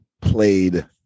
played